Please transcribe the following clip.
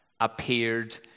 Appeared